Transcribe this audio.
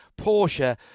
Porsche